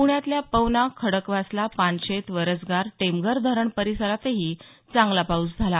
पुण्यातल्या पवना खडकवासला पानशेत वरसगार टेमघर धरण परिसरातही चांगला पाऊस झाला